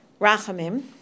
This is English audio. Rachamim